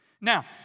Now